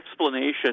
explanation